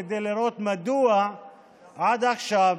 כדי לראות מדוע עד עכשיו,